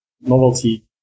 novelty